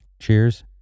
Cheers